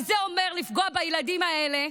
שזה אומר לפגוע בילדים האלה,